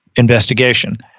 investigation.